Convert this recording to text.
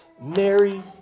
Mary